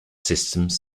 systems